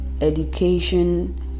education